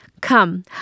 Come